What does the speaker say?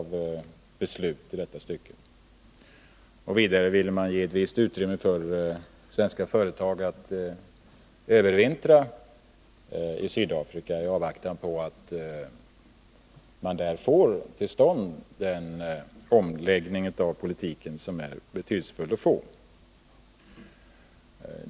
Vidare ville man ge ett visst utrymme för svenska företag att övervintra i Sydafrika i avvaktan på att man där får till stånd den omläggning av politiken som det är betydelsefullt att få.